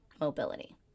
Mobility